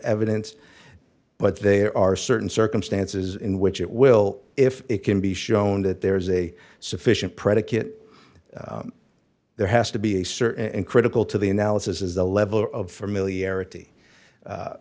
evidence but there are certain circumstances in which it will if it can be shown that there is a sufficient predicate there has to be a search and critical to the analysis is the level of familiarity